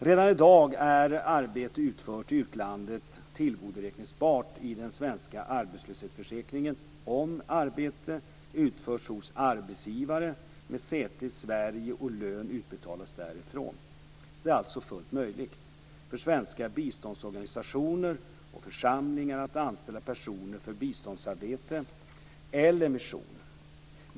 Redan i dag är arbete utfört i utlandet tillgodoräkningsbart i den svenska arbetslöshetsförsäkringen om arbete utförts hos arbetsgivare med säte i Sverige och lön utbetalas därifrån. Det är alltså fullt möjligt för svenska biståndsorganisationer och församlingar att anställa personer för biståndsarbete eller mission.